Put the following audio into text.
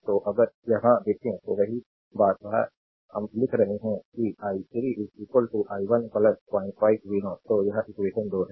तो अगर यहां देखें तो वही बात हम लिख रहे हैं कि i3 i1 05 v0 तो यह इक्वेशन 2 है